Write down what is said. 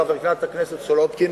חברת הכנסת סולודקין,